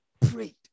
prayed